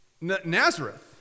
Nazareth